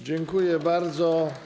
Dziękuję bardzo.